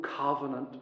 covenant